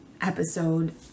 episode